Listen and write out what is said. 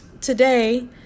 today